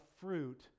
fruit